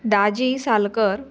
Daji Salkar